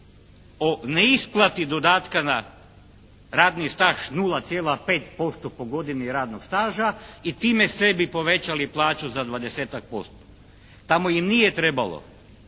o neisplati dodatka na radni staž 0,5% po godini radnog staža i time sebi povećali plaću za 20-tak posto. Tamo im nije trebalo